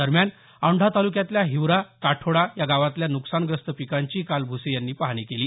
दरम्यान औढा तालुक्यातल्या हिवरा काठोडा या गावातल्या नुकसानग्रस्त पिकांची काल भूसे यांनी पाहणी केली